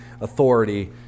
authority